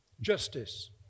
justice